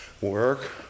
work